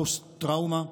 הפוסט-טראומה: